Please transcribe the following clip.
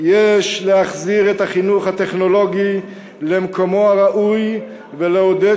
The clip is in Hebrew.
יש להחזיר את החינוך הטכנולוגי למקומו הראוי ולעודד